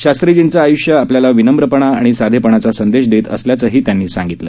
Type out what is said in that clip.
शास्त्रीजींचं आय्ष्य आपल्याला विनम्रपणा आणि साधेपणाचा संदेश देत असल्याचं त्यांनी सांगितलं